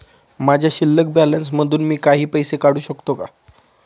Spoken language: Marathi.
माझ्या शिल्लक बॅलन्स मधून मी काही पैसे काढू शकतो का?